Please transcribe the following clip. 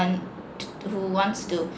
who wants to